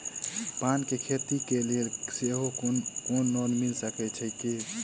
पान केँ खेती केँ लेल सेहो कोनो लोन मिल सकै छी की?